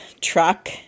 truck